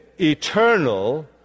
eternal